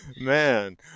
Man